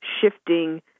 shifting